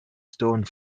stone